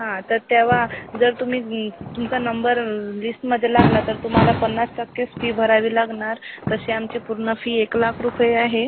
हां तर तेव्हा जर तुम्ही तुमचा नंबर लिस्टमध्ये लागला तर तुम्हाला पन्नास टक्केच फी भरावी लागणार तशी आमची पूर्ण फी एक लाख रुपये आहे